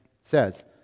says